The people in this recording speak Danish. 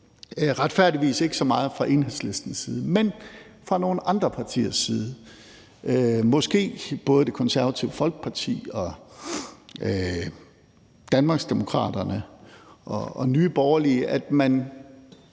retfærdigvis ikke så meget kommet fra Enhedslistens side, men fra nogle andre partiers side, måske både Det Konservative Folkeparti og Danmarksdemokraterne og Nye Borgerlige – at man